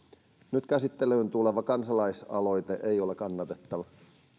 nyt käsittelyyn tuleva kansalaisaloite ei ole kannatettava